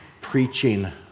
preaching